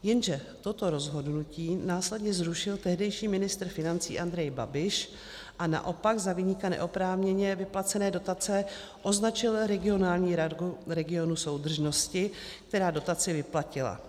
Jenže toto rozhodnutí následně zrušil tehdejší ministr financí Andrej Babiš a naopak za viníka neoprávněně vyplacené dotace označil regionální radu regionu soudržnosti, která dotaci vyplatila.